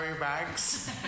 bags